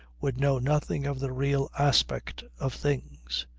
would know nothing of the real aspect of things.